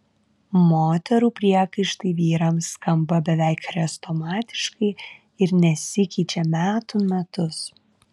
moterų priekaištai vyrams skamba beveik chrestomatiškai ir nesikeičia metų metus